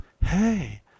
hey